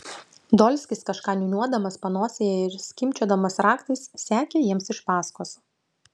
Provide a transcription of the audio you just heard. dolskis kažką niūniuodamas panosėje ir skimbčiodamas raktais sekė jiems iš paskos